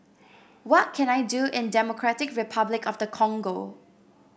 what can I do in Democratic Republic of the Congo